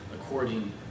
according